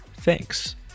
Thanks